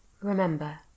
Remember